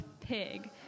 pig